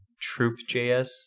Troop.js